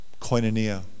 koinonia